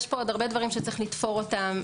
יש הרבה דברים שצריך לתפור אותם.